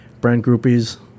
brandgroupies